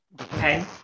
Okay